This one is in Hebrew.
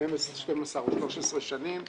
12 או 13 שנים.